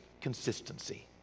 consistency